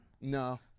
No